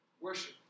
worship